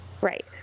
right